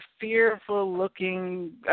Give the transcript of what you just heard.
fearful-looking